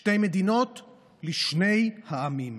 שתי מדינות לשני העמים.